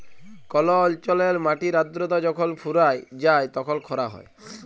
call অল্চলে মাটির আদ্রতা যখল ফুরাঁয় যায় তখল খরা হ্যয়